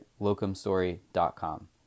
locumstory.com